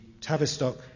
Tavistock